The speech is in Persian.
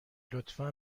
لطفا